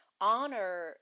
honor